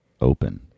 Open